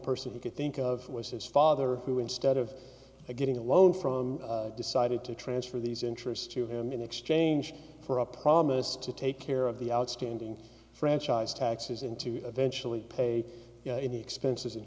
person he could think of was his father who instead of getting a loan from decided to transfer these interests to him in exchange for a promise to take care of the outstanding franchise taxes into eventually pay expenses